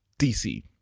dc